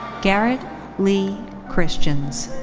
garrett lee christians.